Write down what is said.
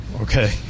Okay